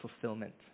fulfillment